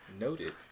Noted